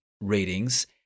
ratings